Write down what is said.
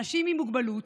אנשים עם מוגבלות,